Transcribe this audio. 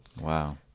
Wow